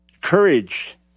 courage